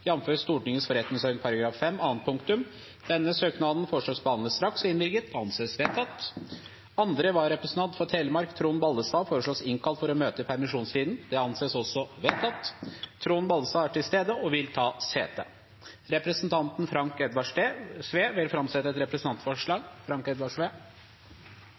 Stortingets forretningsorden § 5 annet punktum. Etter forslag fra presidenten ble enstemmig besluttet: Søknaden behandles straks og innvilges. Andre vararepresentant for Telemark, Trond Ballestad , innkalles for å møte i permisjonstiden. Trond Ballestad er til stede og vil ta sete. Representanten Frank Edvard Sve vil framsette et representantforslag.